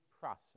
process